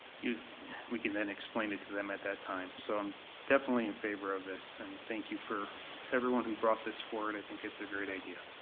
we can then explain it to them at that time, so, i'm definitely in favor of this, and thank you for everyone who brought this forward, i think it's a great idea.